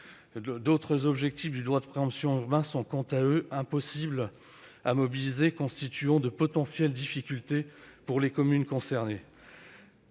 D'autres objectifs du droit de préemption urbain sont quant à eux impossibles à mobiliser, ce qui risque de susciter des difficultés pour les communes concernées.